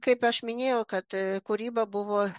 kaip aš minėjau kad kūryba buvo